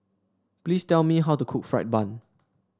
please tell me how to cook fried bun